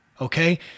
okay